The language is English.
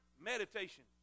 meditation